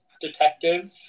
detective